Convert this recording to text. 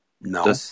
No